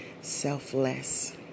selfless